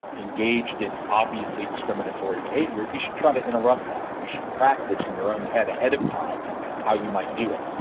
engaged in obviously discriminatory behavior, you should try to interrupt that. and you should practice in your own head ahead of time how you might do it.